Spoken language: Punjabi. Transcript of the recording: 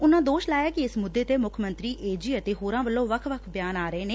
ਉਨਾਂ ਦੋਸ਼ ਲਾਇਆ ਕਿ ਇਸ ਮੁੱਦੇ ਤੇ ਮੁੱਖ ਮੰਤਰੀ ਏ ਜੀ ਅਤੇ ਹੋਰਾਂ ਵੱਲੋਂ ਵੱਖ ਵੱਖ ਧਿਆਨ ਆ ਰਹੇ ਨੇ